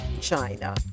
China